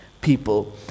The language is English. people